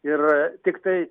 ir tiktai